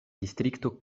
distrikto